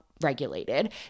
regulated